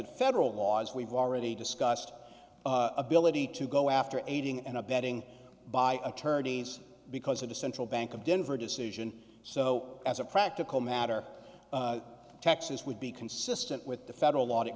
the federal laws we've already discussed ability to go after aiding and abetting by attorneys because of the central bank of denver decision so as a practical matter texas would be consistent with the federal law that